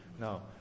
Now